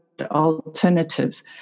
alternatives